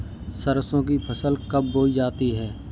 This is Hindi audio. सरसों की फसल कब बोई जाती है?